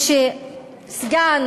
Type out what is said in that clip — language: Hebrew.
ושסגן